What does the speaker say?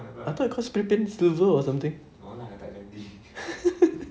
I thought you called spraypaint to do or something